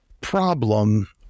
problem